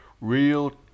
real